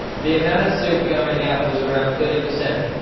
the amount of silt going out was around thirty percent.